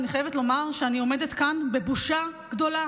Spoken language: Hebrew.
אני חייבת לומר שאני עומדת כאן בבושה גדולה.